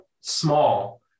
small